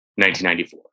1994